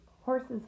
horses